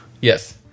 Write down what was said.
Yes